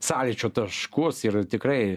sąlyčio taškus ir tikrai